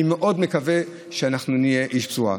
אני מאוד מקווה להיות איש בשורה.